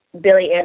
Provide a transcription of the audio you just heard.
Billy